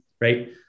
right